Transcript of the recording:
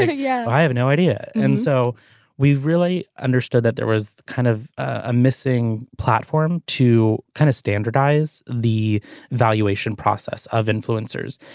like yeah i have no idea. and so we really understood that there was kind of a missing platform to kind of standardize the valuation process of influencers.